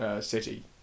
City